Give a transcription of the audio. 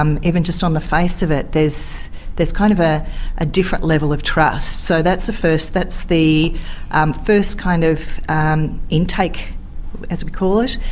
um even just on the face of it, there's kind of ah a different level of trust. so that's the first, that's the um first kind of um intake as we call it,